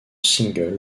single